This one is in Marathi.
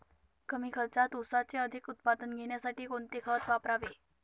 कमी खर्चात ऊसाचे अधिक उत्पादन घेण्यासाठी कोणते खत वापरावे?